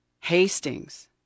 Hastings